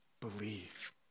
believe